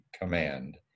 Command